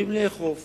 שצריכים לאכוף